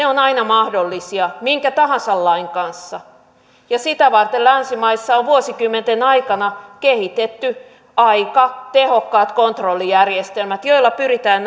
ovat aina mahdollisia minkä tahansa lain kanssa ja sitä varten länsimaissa on vuosikymmenten aikana kehitetty aika tehokkaat kontrollijärjestelmät joilla pyritään